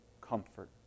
Comfort